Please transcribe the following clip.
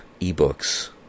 ebooks